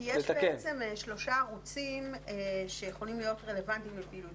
כי יש שלושה ערוצים שיכולים להיות רלוונטיים לפעילות,